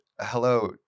hello